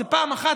זה פעם אחת,